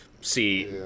See